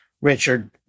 Richard